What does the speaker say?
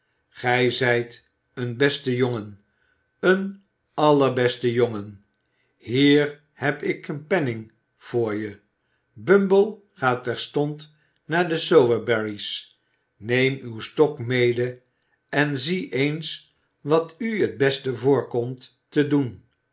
gij zijt een beste jongen een allerbeste jongen hier heb ik een penning voor je bumble ga terstond naar de sowerberry's neem uw stok mede en zie eens wat u t beste voorkomt te doen